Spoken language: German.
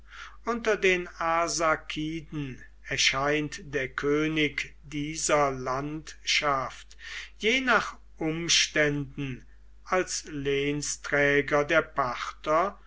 unter den arsakiden erscheint der könig dieser landschaft je nach umständen als lehnsträger der parther